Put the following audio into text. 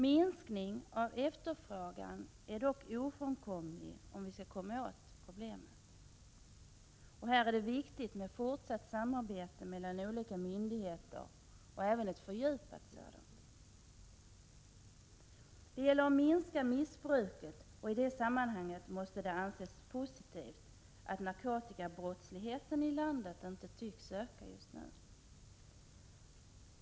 Minskning av efterfrågan är ofrånkomlig, om vi skall komma åt problemet. Här är det viktigt med fortsatt samarbete mellan olika myndigheter, och även fördjupat sådant. Det gäller att minska missbruket, och i det sammanhanget måste det anses positivt att narkotikabrottsligheten i landet inte tycks öka.